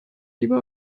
lieber